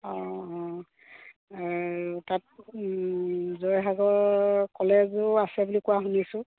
অঁ অ তাত জয়সাগৰ কলেজো আছে বুলি কোৱা শুনিছোঁ